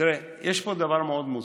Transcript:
תראה, יש פה דבר מאוד מוזר.